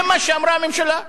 זה מה שאמרה הממשלה.